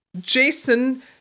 Jason